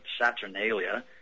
Saturnalia